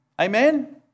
Amen